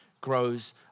grows